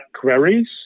queries